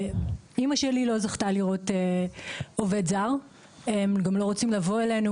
אמא שלי לא זכתה לראות עובד זר; הם גם לא רוצים לבוא אלינו,